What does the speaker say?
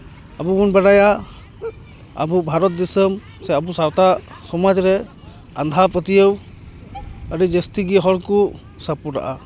ᱟᱵᱚ ᱵᱚᱱ ᱵᱟᱰᱟᱭᱟ ᱟᱵᱚ ᱵᱷᱟᱨᱚᱛ ᱫᱤᱥᱚᱢ ᱥᱮ ᱟᱵᱚ ᱥᱟᱶᱛᱟ ᱥᱚᱢᱟᱡᱽ ᱨᱮ ᱟᱸᱫᱷᱟᱯᱟᱹᱛᱭᱟᱹᱣ ᱟᱹᱰᱤ ᱡᱟᱹᱥᱛᱤᱜᱮ ᱦᱚᱲ ᱠᱚ ᱥᱟᱯᱳᱨᱴᱟᱜᱼᱟ